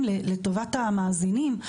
לטובת המאזינים,